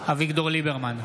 אביגדור ליברמן,